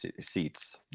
seats